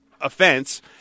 offense